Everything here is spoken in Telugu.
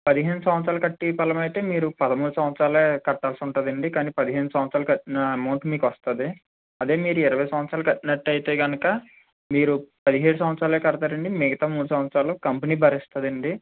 పదిహేను సంవత్సరాలు కట్టే పరం అయితే మీరు పదమూడు సంవత్సరాలే కట్టాల్సి ఉంటుందండి కానీ పదిహేను సంవత్సరాలు కట్టిన అమౌంట్ మీకు వస్తుంది అదే మీరు ఇరవై సంవత్సరాలు కట్టినట్టయితే కనుక మీరు పదిహేడు సంవత్సరాలే కడతారండి మిగతా మూడు సంవత్సరాలు కంపెనీ భరిస్తుందండి